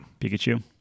Pikachu